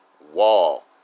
wall